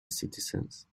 citizens